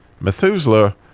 Methuselah